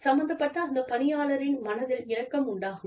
சம்பந்தப்பட்ட அந்த பணியாளரின் மனதில் இரக்கம் உண்டாகும்